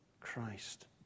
Christ